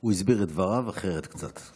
הוא הסביר את דבריו אחרת קצת,